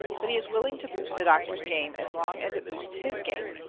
but he is willing to boost the doctor's game as long as it boosts his game.